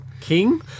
king